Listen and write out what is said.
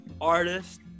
artist